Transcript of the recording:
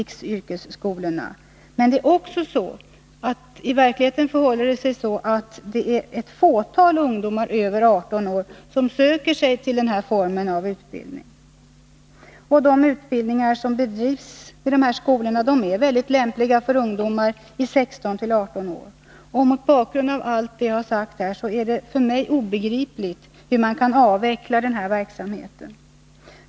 I verkligheten förhåller det sig dessutom så att endast ett fåtal ungdomar över 18 år söker sig till denna form av utbildning. De utbildningar som bedrivs vid riksyrkesskolorna är mycket lämpliga för ungdomar i åldern 16-18 år. Mot bakgrund av detta och av vad jag i övrigt sagt är det för mig obegripligt hur man kan avveckla denna verksamhet.